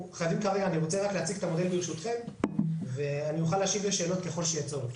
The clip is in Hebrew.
אני רוצה רק להציג ברשותכם ואני אוכל להשיב לשאלות ככל שיהיה צורך.